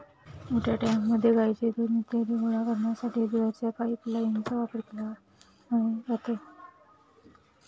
मोठ्या टँकमध्ये गाईचे दूध इत्यादी गोळा करण्यासाठी दुधाच्या पाइपलाइनचा वापर केला जातो